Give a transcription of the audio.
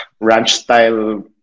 ranch-style